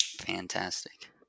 Fantastic